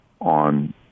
on